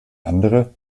andere